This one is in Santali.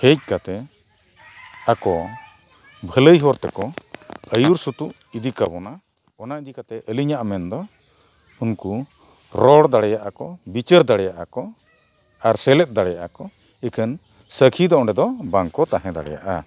ᱦᱮᱡ ᱠᱟᱛᱮ ᱟᱠᱚ ᱵᱷᱟᱹᱞᱟᱹᱭ ᱦᱚᱨ ᱛᱮᱠᱚ ᱟᱹᱭᱩᱨ ᱥᱩᱛᱩ ᱤᱫᱤ ᱠᱟᱵᱚᱱᱟ ᱚᱱᱟ ᱤᱫᱤ ᱠᱟᱛᱮ ᱟᱹᱞᱤᱧᱟᱜ ᱢᱮᱱ ᱫᱚ ᱩᱱᱠᱩ ᱨᱚᱲ ᱫᱟᱲᱮᱭᱟᱜ ᱟᱠᱚ ᱵᱤᱪᱟᱹᱨ ᱫᱟᱲᱮᱭᱟᱜ ᱠᱚ ᱟᱨ ᱥᱮᱞᱮᱫ ᱫᱟᱲᱮᱭᱟᱜᱼᱟ ᱠᱚ ᱮᱠᱷᱮᱱ ᱥᱟᱹᱠᱷᱤ ᱫᱚ ᱚᱸᱰᱮ ᱫᱚ ᱵᱟᱝ ᱠᱚ ᱛᱟᱦᱮᱸ ᱫᱟᱲᱮᱭᱟᱜᱼᱟ